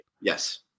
yes